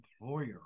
employer